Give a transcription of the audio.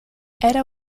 era